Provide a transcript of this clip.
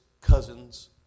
cousin's